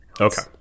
Okay